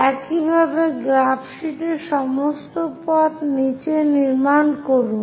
একইভাবে গ্রাফ শীটে সমস্ত পথ নিচে নির্মাণ করুন